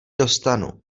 dostanu